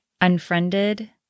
unfriended